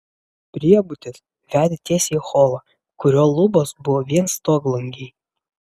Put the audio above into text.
priebutis vedė tiesiai į holą kurio lubos buvo vien stoglangiai